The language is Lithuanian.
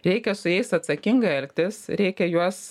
reikia su jais atsakingai elgtis reikia juos